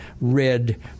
read